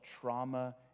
trauma